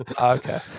Okay